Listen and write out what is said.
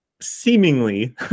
seemingly